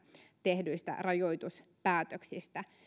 tehdyistä rajoituspäätöksistä